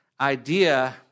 idea